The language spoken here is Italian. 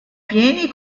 pieni